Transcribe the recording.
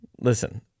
listen